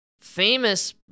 famous